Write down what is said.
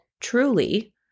truly